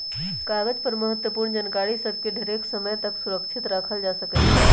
कागज पर महत्वपूर्ण जानकारि सभ के ढेरेके समय तक सुरक्षित राखल जा सकै छइ